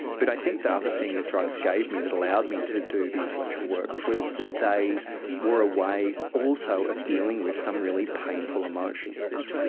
but i think the other thing that drugs gave me that allowed me to do the intellectual work was that they were a way also of dealing with some really painful emotions,